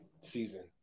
season